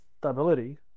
stability